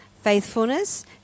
faithfulness